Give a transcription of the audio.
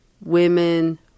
Women